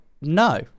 No